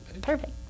perfect